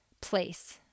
place